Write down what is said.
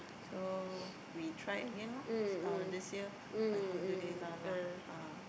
so we try again lah uh this year alhamdulillah lah ah